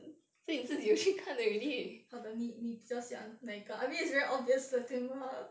!huh! the 你比较喜欢哪一个 I mean is very obvious 了对吗